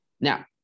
now